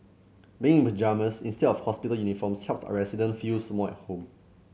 being in the pyjamas instead of hospital uniforms helps our resident feels more at home